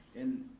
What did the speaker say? and,